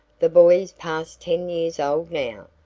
the boy is past ten years old now,